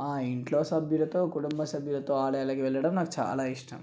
మా ఇంట్లో సభ్యులతో కుటుంబసభ్యులతో ఆలయాలకు వెళ్ళడం నాకు చాలా ఇష్టం